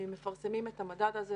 מפרסמים את המדד הזה,